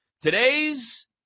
Today's